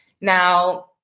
Now